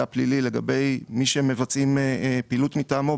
פלילי לגבי מי שמבצעים פעילות מטעמו,